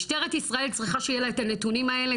משטרת ישראל צריכה שיהיה לה את הנתונים האלה,